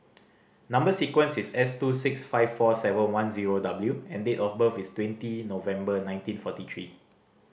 number sequence is S two six five four seven one zero W and date of birth is twenty November nineteen forty three